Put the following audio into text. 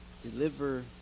deliver